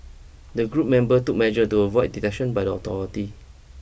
the group members took measures to avoid detection by the authorities